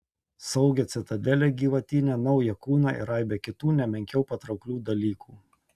saugią citadelę gyvatyne naują kūną ir aibę kitų ne menkiau patrauklių dalykų